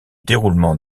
déroulement